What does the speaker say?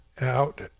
out